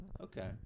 Okay